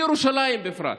ובירושלים בפרט,